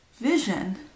vision